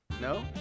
No